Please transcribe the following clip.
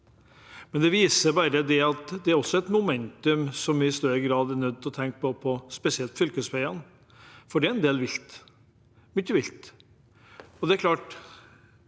Det viser at dette også er et moment vi i større grad er nødt til å tenke på, spesielt på fylkesveiene, for det er en del vilt – mye vilt. Det er klart